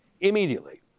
Immediately